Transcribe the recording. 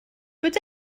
peut